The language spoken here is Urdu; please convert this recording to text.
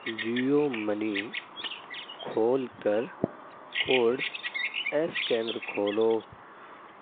جیو منی کھول کر کوڈ اسکینر کھولو